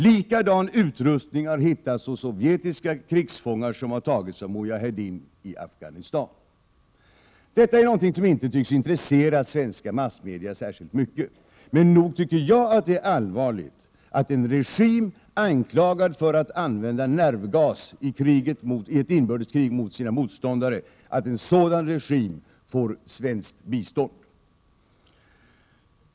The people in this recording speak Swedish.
Likadan utrustning har hittats hos sovjetiska krigsfångar som har tagits av Mujahedin i Afghanistan. Detta tycks inte intressera svenska massmedia särskilt mycket, men nog tycker jag att det är allvarligt att en regim, anklagad för att använda nervgas mot sina motståndare i ett inbördeskrig, får svenskt bistånd.